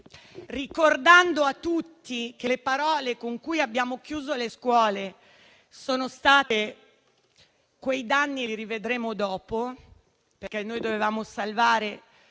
ricordo a tutti che le parole con cui abbiamo chiuso le scuole sono state «quei danni li rivedremo dopo», perché noi dovevamo salvare